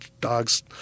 dogs